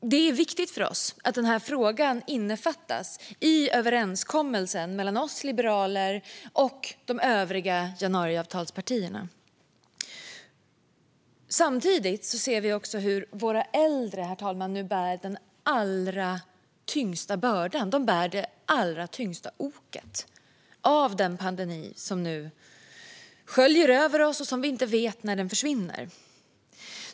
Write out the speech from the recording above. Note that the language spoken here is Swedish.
Det är viktigt för oss att den här frågan innefattas i överenskommelsen mellan oss liberaler och de övriga januariavtalspartierna. Samtidigt ser vi hur våra äldre nu bär den allra tyngsta bördan. De bär det tyngsta oket av den pandemi som nu sköljer över oss och som vi inte vet när den försvinner.